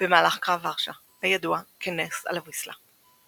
במהלך קרב ורשה, הידוע כ"נס על הוויסלה".